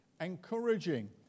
encouraging